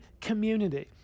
community